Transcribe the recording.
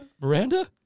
Miranda